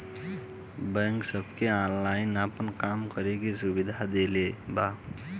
bank सबके online आपन काम करे के सुविधा देले बा